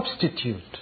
substitute